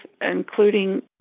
including